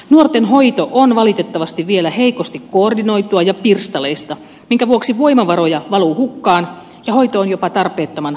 nuorten hoito on valitettavasti vielä heikosti koordinoitua ja pirstaleista minkä vuoksi voimavaroja valuu hukkaan ja hoito on jopa tarpeettoman laitosvaltaista